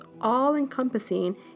all-encompassing